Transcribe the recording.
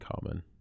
common